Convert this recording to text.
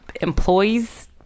employees